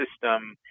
system